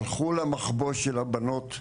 הלכו למחבוא של הבנות,